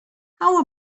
how